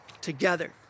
together